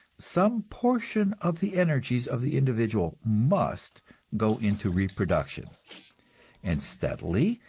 some portion of the energies of the individual must go into reproduction and steadily,